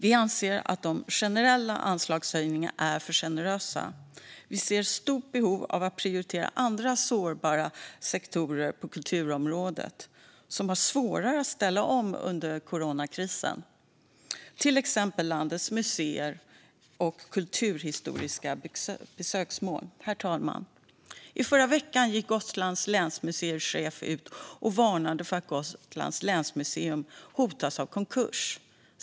Vi anser dock att de generella anslagshöjningarna är för generösa. Vi ser ett stort behov av att prioritera andra sårbara sektorer på kulturområdet som har svårare att ställa om under coronakrisen, till exempel landets museer och kulturhistoriska besöksmål. Herr talman! I förra veckan gick Gotlands länsmuseichef ut och varnade för att Gotlands länsmuseum hotas av konkurs.